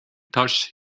touched